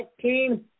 team